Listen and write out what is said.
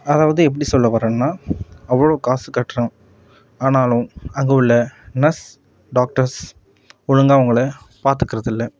அதாவது எப்படி சொல்ல வரேனா அவ்வளோ காசு கட்டுகிறோம் ஆனாலும் அங்கே உள்ள நர்ஸ் டாக்டர்ஸ் ஒழுங்காக அவங்கள பார்த்துக்குறதில்ல